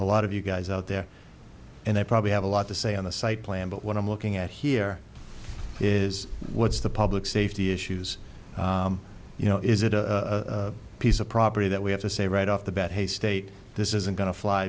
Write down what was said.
a lot of you guys out there and i probably have a lot to say on the site plan but what i'm looking at here is what's the public safety issues you know is it a piece of property that we have to say right off the bat hey state this isn't going to fly